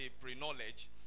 pre-knowledge